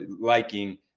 liking